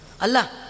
Allah